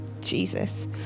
Jesus